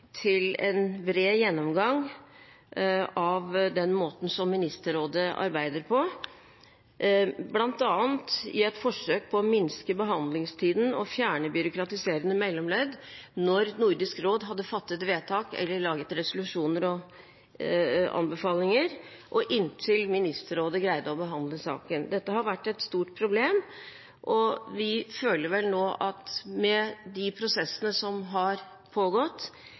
til en bred gjennomgang av den måten som Ministerrådet arbeider på, bl.a. i et forsøk på å minske behandlingstiden og fjerne byråkratiserende mellomledd når Nordisk råd har fattet vedtak eller laget resolusjoner og anbefalinger og inntil Ministerrådet greier å behandle saken. Dette har vært et stort problem, og vi føler vel nå at med de prosessene som har pågått